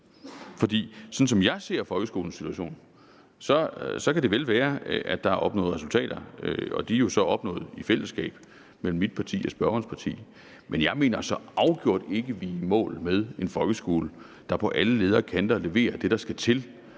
For sådan som jeg ser folkeskolens situation, kan det vel være, at der er opnået resultater, og de er jo så opnået i fællesskab mellem mit parti og spørgerens parti, men jeg mener så afgjort ikke, at vi er i mål med at have en folkeskole, der på alle ledder og kanter leverer det, der skal til,